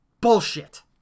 bullshit